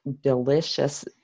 delicious